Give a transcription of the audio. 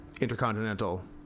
intercontinental